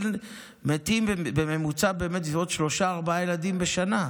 מתים בממוצע בסביבות שלושה-ארבעה ילדים בשנה,